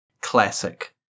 Classic